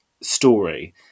story